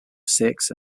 six